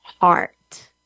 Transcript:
heart